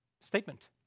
statement